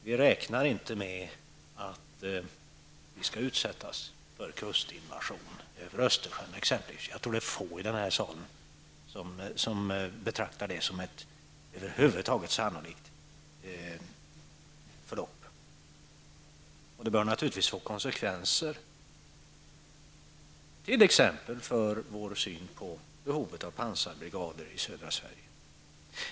Vi räknar inte med att vi skall utsättas för kustinvasion t.ex. över Östersjön. Jag tror att det är få i denna sal som över huvud taget betraktar det som sannolikt. Det bör naturligtvis få konsekvenser t.ex. för vår syn på behovet av pansarbrigader i södra Sverige.